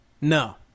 No